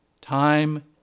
Time